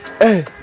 hey